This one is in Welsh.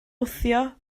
wthio